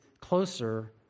closer